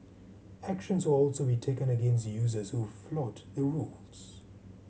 actions will also be taken against users who flout the rules